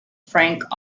frank